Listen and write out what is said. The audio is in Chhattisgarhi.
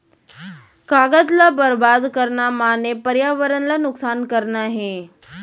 कागद ल बरबाद करना माने परयावरन ल नुकसान करना हे